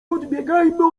odbiegajmy